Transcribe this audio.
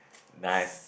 nice